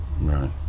right